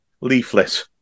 leaflet